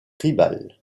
tribal